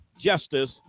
justice